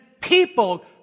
people